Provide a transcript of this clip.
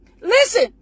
Listen